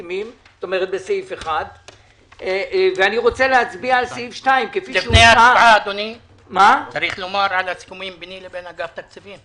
כלומר בסעיף 1. אני רוצה להצביע על סעיף 2. צריך לומר על הסיכומים ביני לבין אגף תקציבים.